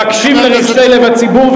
להקשיב לרחשי לב הציבור,